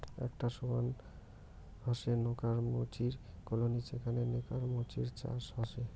আকটা সোয়ার্ম হসে নেকার মুচির কলোনি যেখানে নেকার মুচির চাষ হসে